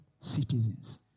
citizens